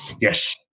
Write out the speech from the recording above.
yes